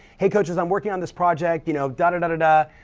hey coaches, i'm working on this project, you know da-da-da-da-da,